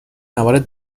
موارد